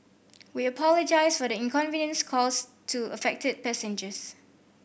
we apologise for the inconvenience caused to affected passengers